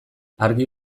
argi